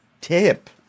tip